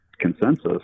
consensus